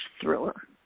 thriller